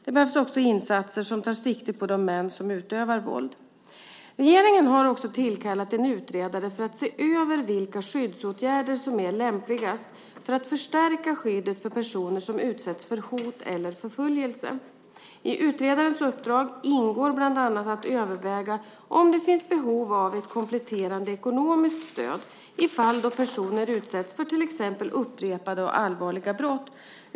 Det behövs också insatser som tar sikte på de män som utövar våld. Regeringen har också tillkallat en utredare för att se över vilka skyddsåtgärder som är lämpligast för att förstärka skyddet för personer som utsätts för hot eller förföljelse . I utredarens uppdrag ingår bland annat att överväga om det finns behov av ett kompletterande ekonomiskt stöd i fall då personer utsätts för till exempel upprepade och allvarliga hot.